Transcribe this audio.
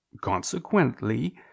consequently